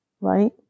Right